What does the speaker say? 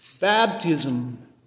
Baptism